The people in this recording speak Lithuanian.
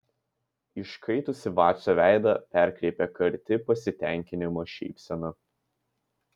iškaitusį vacio veidą perkreipia karti pasitenkinimo šypsena